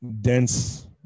dense